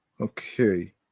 Okay